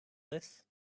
this